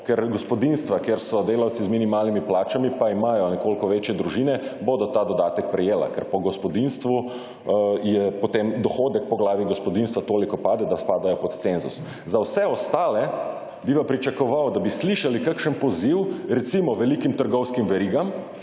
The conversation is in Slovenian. ker gospodinjstva, kjer so delavci z minimalnimi plačami pa imajo nekoliko večje družine, bodo ta dodatek prejele, ker po gospodinjstvu je potem dohodek po glavi gospodinjstva toliko pade, da spadajo pod cenzus. Z vse ostale bi pa pričakoval, da bi slišali kakšen poziv, recimo velikim trgovskim verigam,